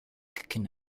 can